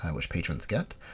which patrons get.